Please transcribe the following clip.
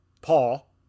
Paul